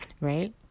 Right